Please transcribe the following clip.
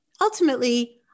Ultimately